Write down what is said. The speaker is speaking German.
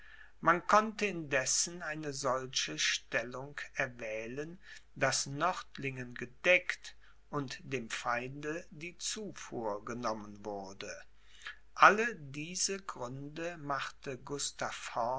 man konnte indessen eine solche stellung erwählen daß nördlingen gedeckt und dem feinde die zufuhr genommen wurde alle diese gründe machte